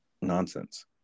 nonsense